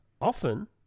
often